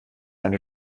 eine